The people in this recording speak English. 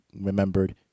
remembered